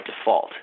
default